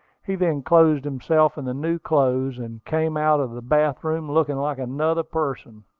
he then clothed himself in the new clothes, and came out of the bath-room looking like another person.